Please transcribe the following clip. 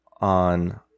on